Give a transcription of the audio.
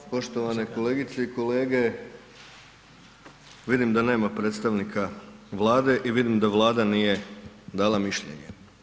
Poštovane kolegice i kolege vidim da nema predstavnika Vlade i vidim da Vlada nije dala mišljenje.